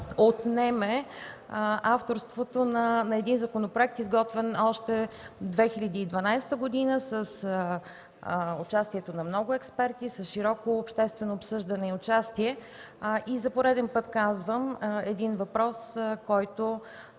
отнеме авторството на един законопроект, изготвен още 2012 г. с участието на много експерти, с широко обществено обсъждане и участие. За пореден път казвам, един въпрос, който